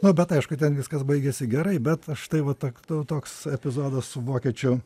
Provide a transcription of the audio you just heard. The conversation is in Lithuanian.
nu bet aišku ten viskas baigėsi gerai bet štai va tok t toks epizodas su vokiečių